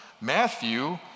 Matthew